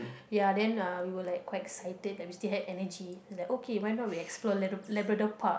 ya then uh we were like quite excited and we still have energy is like okay why not we explore Labrador Park